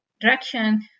direction